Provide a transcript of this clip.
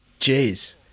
Jeez